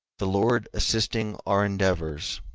the lord assisting our endeavors.